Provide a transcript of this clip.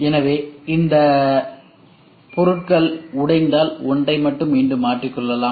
எனவே இந்த பொருட்கள் உடைந்தால் ஒன்றை மட்டும் மீண்டும் மாற்றிக்கொள்ளலாம்